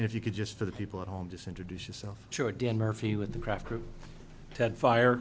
if you could just for the people at home this introduce yourself short dan murphy with the kraft group ted fire